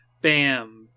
bam